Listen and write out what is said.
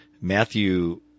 Matthew